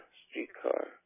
streetcar